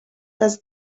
does